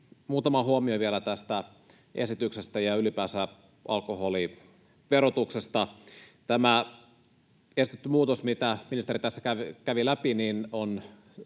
Muutama huomio vielä tästä esityksestä ja ylipäänsä alkoholiverotuksesta. Tämä esitetty muutos, mitä ministeri tässä kävi läpi,